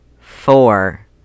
four